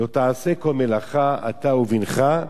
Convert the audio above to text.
"לא תעשה כל מלאכה אתה ובנך,